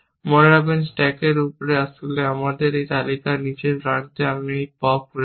মনে রাখবেন স্ট্যাকের উপরে আসলে আমাদের তালিকার নীচের প্রান্তে আমি এই পপ করেছি